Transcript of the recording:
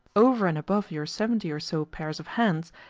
over and above your seventy or so pairs of hands,